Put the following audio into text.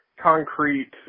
concrete